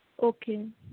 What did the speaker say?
okay